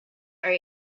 are